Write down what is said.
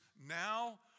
now